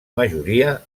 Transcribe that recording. majoria